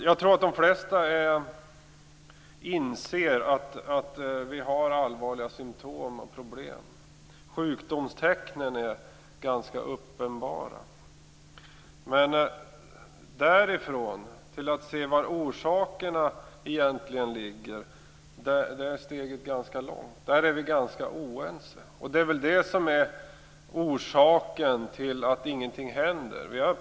Jag tror att de flesta inser de allvarliga symtomen och problemen, eftersom sjukdomstecknen är ganska uppenbara. Men steget därifrån till att se var orsakerna egentligen ligger är ganska långt. Där är vi ganska oense, och det är väl det som är orsaken till att ingenting händer.